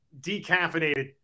decaffeinated